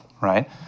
right